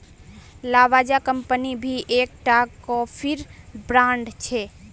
Lavazza company भी एक टा कोफीर ब्रांड छे